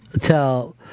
tell